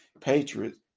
patriots